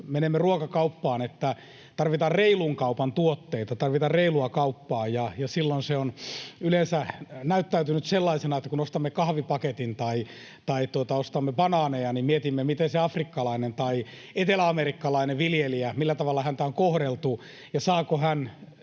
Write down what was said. että tarvitaan reilun kaupan tuotteita, tarvitaan reilua kauppaa, ja silloin se on yleensä näyttäytynyt sellaisena, että kun ostamme kahvipaketin tai ostamme banaaneja, niin mietimme, millä tavalla sitä afrikkalaista tai eteläamerikkalaista viljelijää on kohdeltu ja saako hän